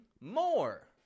more